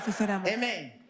amen